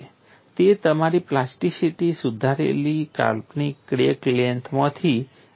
તે તમારી પ્લાસ્ટિસિટી સુધારેલી કાલ્પનિક ક્રેક લેન્થમાંથી આવે છે